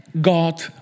God